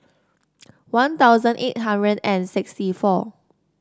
One Thousand eight hundred and sixty four